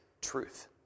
truth